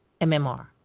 MMR